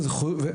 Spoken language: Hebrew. וכולי.